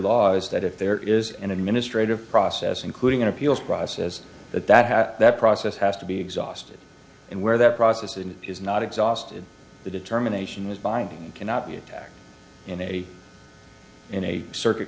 is that if there is an administrative process including an appeals process that that has that process has to be exhausted and where that process and is not exhausted the determination is binding and cannot be attacked in a in a circuit